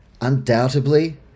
Undoubtedly